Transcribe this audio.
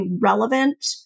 relevant